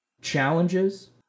challenges